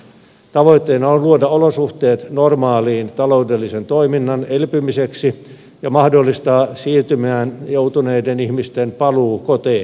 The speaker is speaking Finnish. tavoitteena on luoda olosuhteet normaalin taloudellisen toiminnan elpymiseksi ja mahdollistaa siirtymään joutuneiden ihmisten paluu koteihinsa